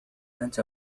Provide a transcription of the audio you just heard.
أنت